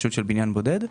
בהתחדשות של בניין בודד.